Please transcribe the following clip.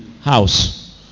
house